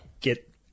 get